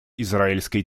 израильской